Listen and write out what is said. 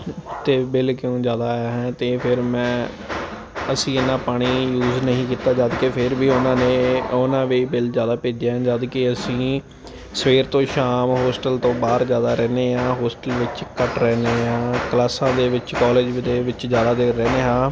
ਅਤੇ ਬਿੱਲ ਕਿਉਂ ਜ਼ਿਆਦਾ ਆਇਆ ਹੈ ਅਤੇ ਫਿਰ ਮੈਂ ਅਸੀਂ ਇੰਨਾਂ ਪਾਣੀ ਯੂਜ ਨਹੀਂ ਕੀਤਾ ਜਦ ਕਿ ਫਿਰ ਵੀ ਉਹਨਾਂ ਨੇ ਉਹਨਾਂ ਵੀ ਬਿੱਲ ਜ਼ਿਆਦਾ ਭੇਜਿਆ ਜਦ ਕੇ ਅਸੀਂ ਸਵੇਰ ਤੋਂ ਸ਼ਾਮ ਹੋਸਟਲ ਤੋਂ ਬਾਹਰ ਜ਼ਿਆਦਾ ਰਹਿੰਦੇ ਹਾਂ ਹੋਸਟਲ ਵਿੱਚ ਘੱਟ ਰਹਿੰਦੇ ਹਾਂ ਕਲਾਸਾਂ ਦੇ ਵਿੱਚ ਕਾਲਜ ਦੇ ਵਿੱਚ ਜ਼ਿਆਦਾ ਦੇਰ ਰਹਿੰਦੇ ਹਾਂ